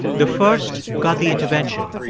the first got the intervention.